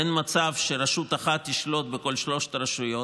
אין מצב שרשות אחת תשלוט בכל שלוש הרשויות,